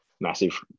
massive